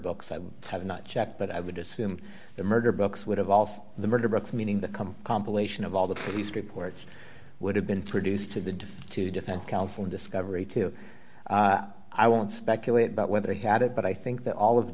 books i have not checked but i would assume the murder books would have all of the murder books meaning that come compilation of all the police reports would have been produced to the defense to defense counsel discovery to i won't speculate about whether he had it but i think that all of